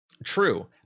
true